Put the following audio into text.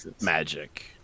magic